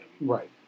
right